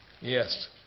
Yes